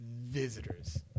visitors